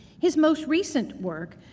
his most recent work,